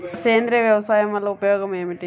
సేంద్రీయ వ్యవసాయం వల్ల ఉపయోగం ఏమిటి?